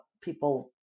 people